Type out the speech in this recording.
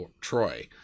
Troy